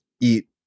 eat